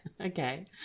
Okay